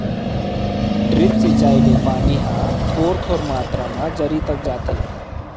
drip सिंचई ले पानी ह थोर थोर मातरा म जरी तक जाथे